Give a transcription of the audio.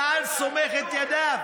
צה"ל סומך עליו את ידיו.